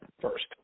first